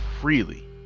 freely